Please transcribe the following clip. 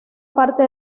parte